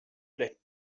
plait